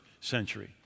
century